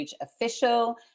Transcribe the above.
official